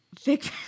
thick